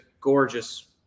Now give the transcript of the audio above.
gorgeous